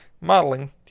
modeling